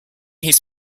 his